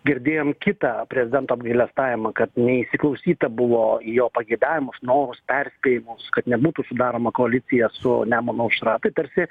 girdėjom kitą prezidento apgailestavimą kad neįsiklausyta buvo į jo pageidavimus norus perspėjimus kad nebūtų sudaroma koalicija su nemuno aušra tai tarsi